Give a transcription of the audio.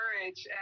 courage